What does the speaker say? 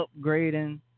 upgrading